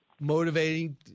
Motivating